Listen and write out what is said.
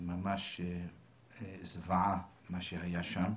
ממש זוועה מה שהיה שם.